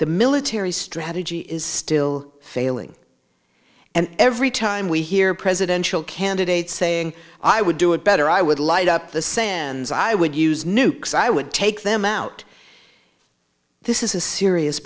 the military strategy is still failing and every time we hear a presidential candidate saying i would do it better i would light up the sands i would use nukes i would take them out this is a serious